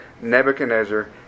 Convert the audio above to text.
Nebuchadnezzar